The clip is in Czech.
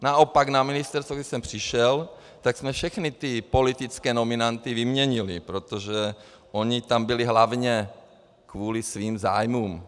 Naopak na ministerstvu, když jsem přišel, tak jsme všechny ty politické nominanty vyměnili, protože oni tam byli hlavně kvůli svým zájmům.